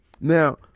Now